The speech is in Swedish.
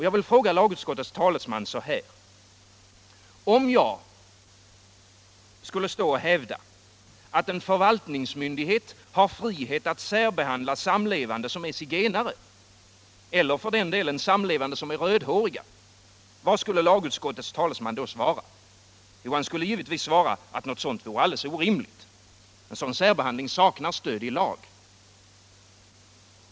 Jag vill fråga lagutskottets talesman så här: Om jag hävdade att en förvaltningsmyndighet har frihet att särbehandla samlevande som är zigenare eller — för den delen — samlevande som är rödhåriga, vad skulle lagutskottets talesman då svara? Jo, han skulle givetvis svara att något sådant vore alldeles orimligt. En sådan särbehandling saknar stöd i lag.